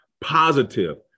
Positive